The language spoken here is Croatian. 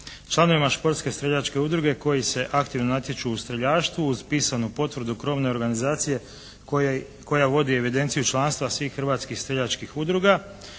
članovima športske streljačke udruge koji se aktivno natječu u streljaštvu uz pisanu potvrdu krovne organizacije koja vodi evidenciju članstva svih hrvatskih streljačkih udruga,